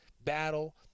battle –